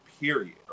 Period